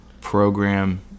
program